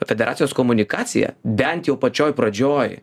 federacijos komunikacija bent jau pačioj pradžioj